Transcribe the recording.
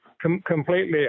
completely